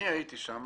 אני הייתי שם.